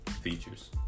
Features